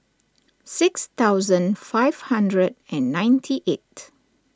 six thousand five hundred and ninety eight